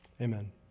Amen